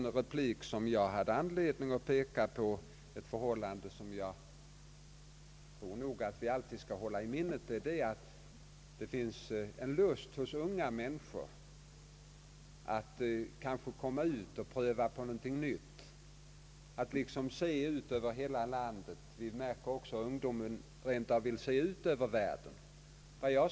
Jag hade där i en replik anledning att peka på ett förhållande som jag tror att vi alltid skall hålla i minnet, nämligen att det finns en lust hos unga människor att komma ut och pröva nå gonting nytt — se ut över hela landet, rent av hela världen.